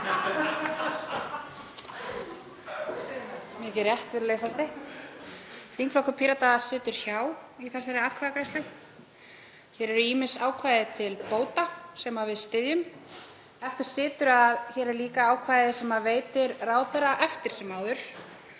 Virðulegi forseti. Þingflokkur Pírata situr hjá í þessari atkvæðagreiðslu. Hér eru ýmis ákvæði til bóta sem við styðjum en eftir situr að hér er líka ákvæði sem veitir ráðherra eftir sem áður